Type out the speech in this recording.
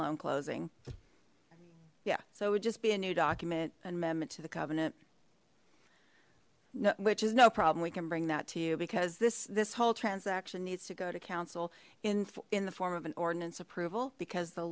loan closing yeah so it would just be a new document an amendment to the covenant which is no problem we can bring that to you because this this whole transaction needs to go to counsel in in the form of an ordinance approval because the